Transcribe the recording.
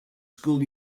school